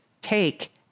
take